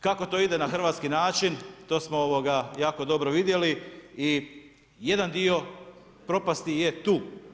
Kako to ide na hrvatski način to smo jako dobro vidjeli i jedan dio propasti je tu.